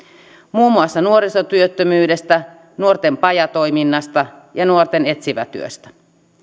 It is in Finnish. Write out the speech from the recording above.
muun muassa nuorisotyöttömyydestä nuorten pajatoiminnasta ja nuorten etsivätyöstä